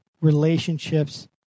relationships